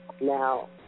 Now